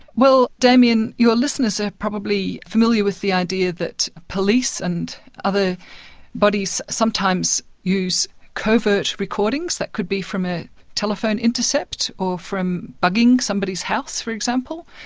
well, damien, your listeners are probably familiar with the idea that police and other bodies sometimes use covert recordings that could be from a telephone intercept, or from bugging somebody's house, for example.